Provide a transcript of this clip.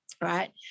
right